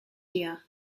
year